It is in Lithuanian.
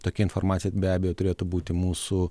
tokia informacija be abejo turėtų būti mūsų